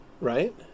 right